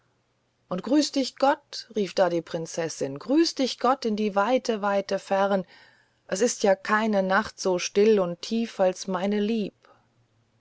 und grüß dich gott rief da die prinzessin grüß dich gott in die weite weite fern es ist ja keine nacht so still und tief als meine lieb